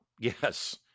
yes